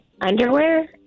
underwear